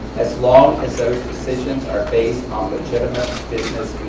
as long as those decisions are based on legitimate business